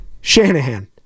Shanahan